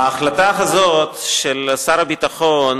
ההחלטה הזאת של שר הביטחון,